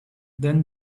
then